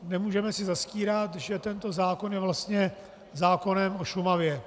Nemůžeme si zastírat, že tento zákon je vlastně zákonem o Šumavě.